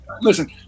listen